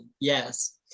yes